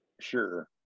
Sure